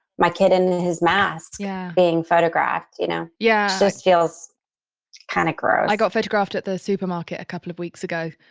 my kid in his mask yeah being photographed. you know? yeah it just feels kind of gross i got photographed at the supermarket a couple of weeks ago,